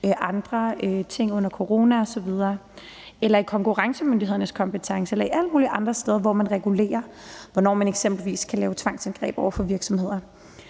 andre ting under corona, i forhold til konkurrencemyndighedernes kompetence og i forhold alle mulige andre steder, hvor man regulerer, hvornår man eksempelvis kan lave tvangsindgreb over for virksomheder.